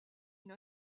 une